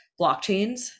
blockchains